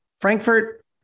Frankfurt